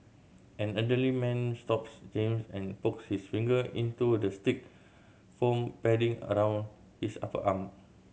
and elderly man stops James and pokes his finger into the stick foam padding around his upper arm